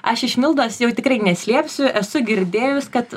aš iš mildos jau tikrai neslėpsiu esu girdėjus kad